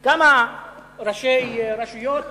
כמה ראשי רשויות